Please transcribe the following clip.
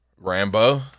rambo